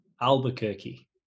Albuquerque